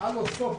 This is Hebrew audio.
סטופ,